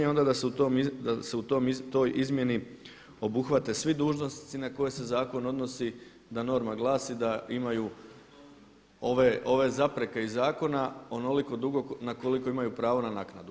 I onda da se u toj izmjeni obuhvate svi dužnosnici na koje se zakon odnosi, da norma glasi da imaju ove zapreke iz zakona onoliko dugo na koliko imaju pravo na naknadu.